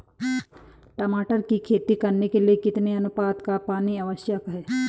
टमाटर की खेती करने के लिए कितने अनुपात का पानी आवश्यक है?